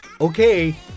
Okay